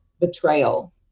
betrayal